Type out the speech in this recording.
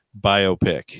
biopic